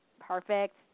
Perfect